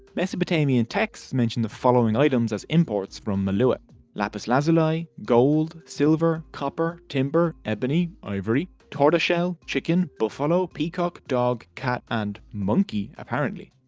mesopotamian texts mention the following items as imports from meluhha lapis lazuli, gold, silver, copper, timber, ebony, ivory, tortoiseshell, chicken, buffalo, peacock, dog, cat, and monkey apparently.